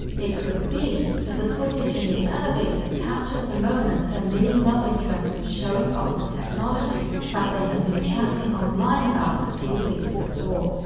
it could be that the footage in the elevator captures the moment her new love interest was showing off the technology that they had been chatting online about a few weeks before.